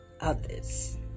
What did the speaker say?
others